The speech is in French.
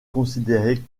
considérées